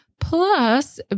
Plus